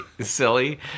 silly